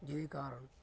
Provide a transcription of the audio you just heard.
ਜੇਕਰ